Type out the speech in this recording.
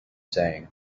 saying